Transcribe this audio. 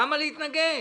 למה להתנגד?